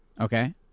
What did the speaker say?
Okay